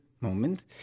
moment